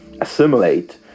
assimilate